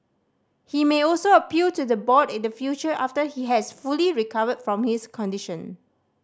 he may also appeal to the board in the future after he has fully recovered from his condition